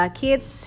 kids